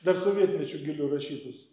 dar sovietmečiu giliu rašytus